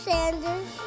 Sanders